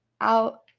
out